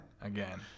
again